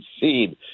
seen